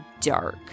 dark